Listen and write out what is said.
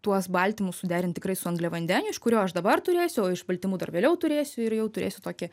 tuos baltymus suderint tikrai su angliavandeniu iš kurio aš dabar turėsiu o iš baltymų dar vėliau turėsiu ir jau turėsiu tokį